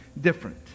different